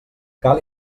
cal